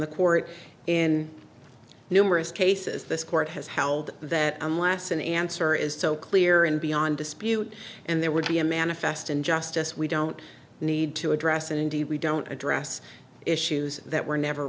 the court in numerous cases this court has held that unless an answer is so clear and beyond dispute and there would be a manifest injustice we don't need to address and indeed we don't address issues that were never